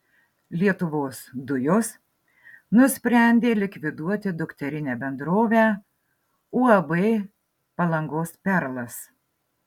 lietuvos dujos nusprendė likviduoti dukterinę bendrovę uab palangos perlas